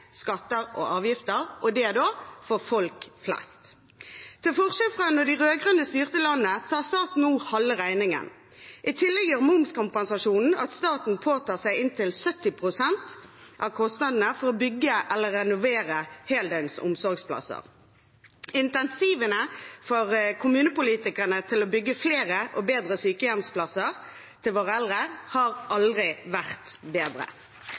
skatter og avgifter, og det er for folk flest. Til forskjell fra da de rød-grønne styrte landet, tar staten nå halve regningen. I tillegg gjør momskompensasjonen at staten påtar seg inntil 70 pst. av kostnadene for å bygge eller renovere heldøgns omsorgsplasser. Incentivene til kommunepolitikerne for å bygge flere og bedre sykehjemsplasser til våre eldre har aldri vært bedre.